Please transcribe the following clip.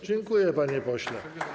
Dziękuję, panie pośle.